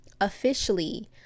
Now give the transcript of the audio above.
officially